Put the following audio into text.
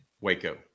Waco